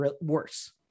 worse